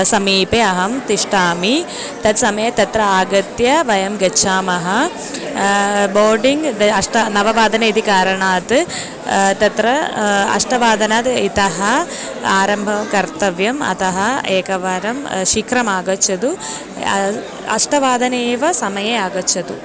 समीपे अहं तिष्ठामि तत्समये तत्र आगत्य वयं गच्छामः बोर्डिङ्ग् द अष्ट नववादने इति कारणात् तत्र अष्टवादनात् इतः आरम्भं कर्तव्यम् अतः एकवारं शीघ्रम् आगच्छतु अष्टवादने एव समये आगच्छतु